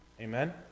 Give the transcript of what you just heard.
Amen